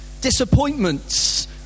Disappointments